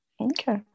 Okay